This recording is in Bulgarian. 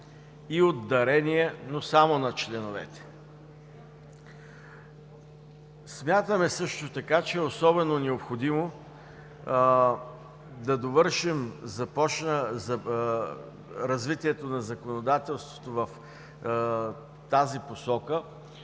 и от дарения, но само на членовете. Смятаме също така, че е особено необходимо да довършим развитието на законодателството в тази посока